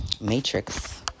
Matrix